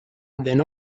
then